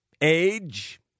age